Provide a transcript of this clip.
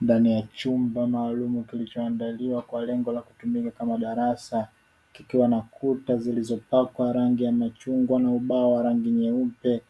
Ndani ya chumba maalumu kilichoandaliwa kwa lengo la kutumika kama darasa, kikiwa na kuta zilizopakwa rangi ya machungwa na ubao wa rangi nyeupe,